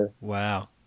Wow